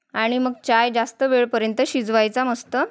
आणि मग चाय जास्त वेळेपर्यंत शिजवायचा मस्त